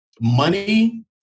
money